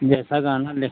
जैसा गहना लें